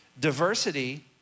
Diversity